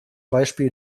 beispiel